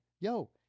yo